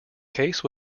case